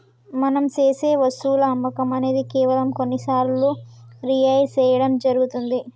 మనం సేసె వస్తువుల అమ్మకం అనేది కేవలం కొన్ని సార్లు రిహైర్ సేయడం జరుగుతుంది